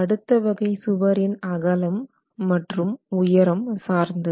அடுத்த வகை சுவரின் அகலம் மற்றும் உயரம் சார்ந்தது